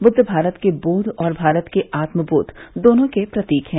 बुद्द भारत के बोध और भारत के आत्म बोध दोनों के प्रतीक हैं